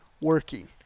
working